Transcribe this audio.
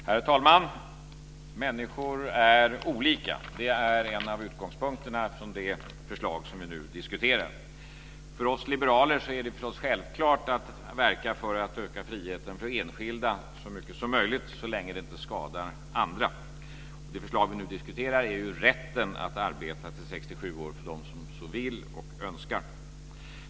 Herr talman! Människor är olika. Det är en av utgångspunkterna i det förslag som vi nu diskuterar. För oss liberaler är det förstås självklart att verka för att öka friheten för enskilda så mycket som möjligt, så länge det inte skadar andra. Det förslag som vi nu diskuterar är ju rätten att arbeta till 67 år för dem som så vill och önskar.